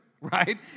right